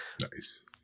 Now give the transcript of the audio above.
Nice